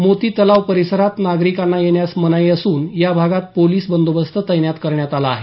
मोती तलाव परिसरात नागरिकांना येण्यास मनाई असून या भागात पोलीस बंदोबस्त तैनात करण्यात आला आहे